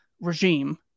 regime